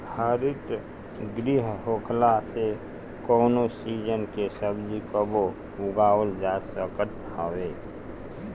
हरितगृह होखला से कवनो सीजन के सब्जी कबो उगावल जा सकत हवे